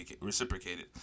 reciprocated